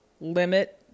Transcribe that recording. limit